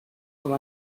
como